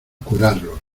curarlos